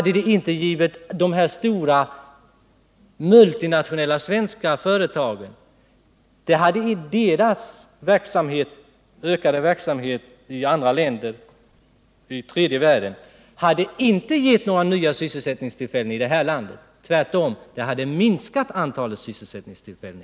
De stora svenska multinationella företagens ökade verksamhet i länder i tredje världen har inte gett några nya sysselsättningstillfällen här i landet, utan den har minskat antalet sysselsättningstillfällen.